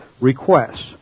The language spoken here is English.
requests